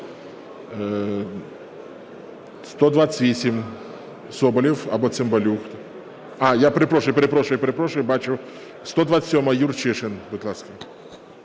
128. Соболєв або Цимбалюк. Я перепрошую, перепрошую, я перепрошую, бачу. 127-а, Юрчишин, будь ласка.